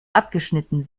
abgeschnitten